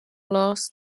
loss